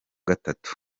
gatatu